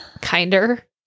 Kinder